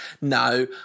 No